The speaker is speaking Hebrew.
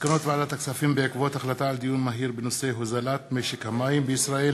מסקנות ועדת הכספים בעקבות דיון מהיר בהצעת חברי הכנסת